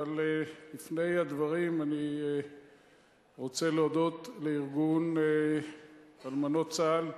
אבל לפני הדברים אני רוצה להודות לארגון אלמנות צה"ל,